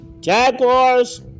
Jaguars